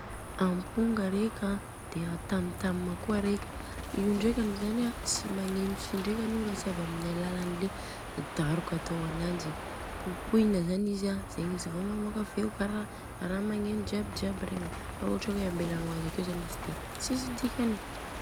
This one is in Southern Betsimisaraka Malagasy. Amponga reka an, de tamtam kôa reka. Io ndrekany zany an tsy magneno ndrekany Io ra tsy avy amin'ny alalan'ny le daroka atô ananjy, popohina zany izy a zegny vô mamoaka feo kara ra magneno jiaby jiaby regny, fa ra ohatra ka hoe ambelanô oazy akeo zany izy de tsisy dikany.